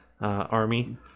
army